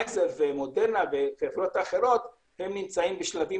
פייזר ומודרנה וחברות אחרות נמצאות בשלבים